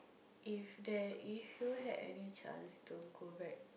if there is if you had any chance to go back